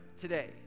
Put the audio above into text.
today